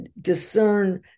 discern